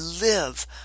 live